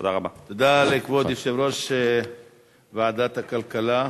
תודה לכבוד יושב-ראש ועדת הכלכלה.